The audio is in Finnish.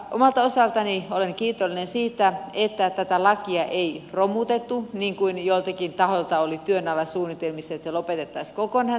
omalta osaltani olen kiitollinen siitä että tätä lakia ei romutettu niin kuin joillakin tahoilla oli työn alla suunnitelmissa että lopetettaisiin kokonaan tämä laki